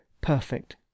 perfect